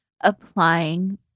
applying